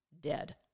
dead